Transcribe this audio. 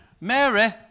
Mary